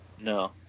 No